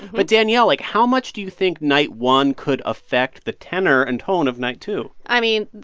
but danielle, like, how much do you think night one could affect the tenor and tone of night two? i mean,